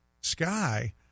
sky